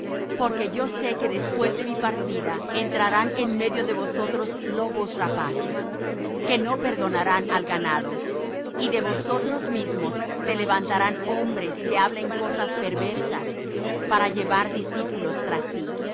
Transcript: porque yo sé que después de mi partida entrarán en medio de vosotros lobos rapaces que no perdonarán al ganado y de vosotros mismos se levantarán hombres que hablen cosas perversas para llevar discípulos tras sí